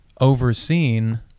overseen